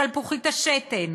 שלפוחית השתן,